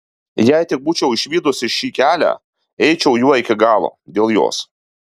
jei tik būčiau išvydusi šį kelią eičiau juo iki galo dėl jos